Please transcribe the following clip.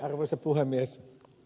arvoisa puhemies